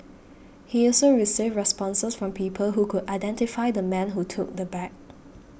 he also received responses from people who could identify the man who took the bag